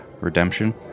Redemption